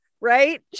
Right